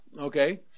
okay